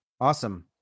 awesome